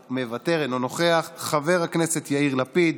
מוותר, אינו נוכח, חבר הכנסת יאיר לפיד,